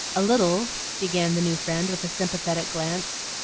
a little, began the new friend, with a sympathetic glance.